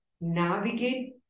navigate